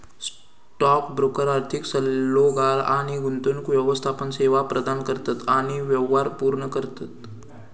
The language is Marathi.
स्टॉक ब्रोकर आर्थिक सल्लोगार आणि गुंतवणूक व्यवस्थापन सेवा प्रदान करतत आणि व्यवहार पूर्ण करतत